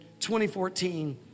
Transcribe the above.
2014